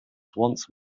once